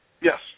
Yes